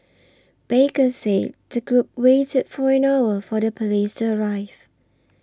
baker said the group waited for an hour for the police to arrive